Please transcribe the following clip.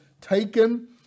taken